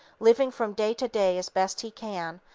living from day to day as best he can,